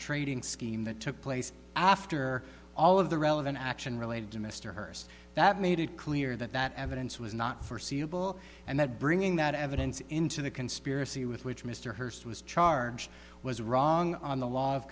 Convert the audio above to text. scheme that took place after all of the relevant action related to mr hurst that made it clear that that evidence was not forseeable and that bringing that evidence into the conspiracy with which mr hurst was charged was wrong on the law of